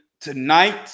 tonight